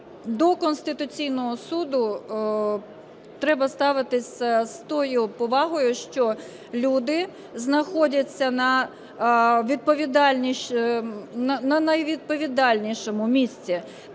до Конституційного Суду треба ставитися з тою повагою, що люди знаходяться на найвідповідальнішому місці.